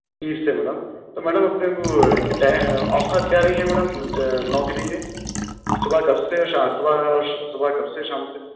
پیر سے میڈم تو میڈم اپنے کو اوقات کیا رہیں گے میڈم نوکری کے صبح کب سے صبح کب سے شام تک